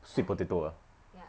sweet potato ah